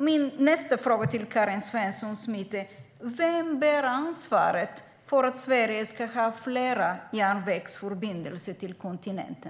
Min nästa fråga till Karin Svensson Smith är: Vem bär ansvaret för att Sverige ska ha flera järnvägsförbindelser till kontinenten?